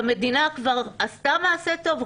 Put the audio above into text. המדינה כבר עשתה מעשה טוב,